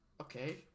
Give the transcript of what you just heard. Okay